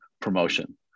promotion